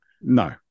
No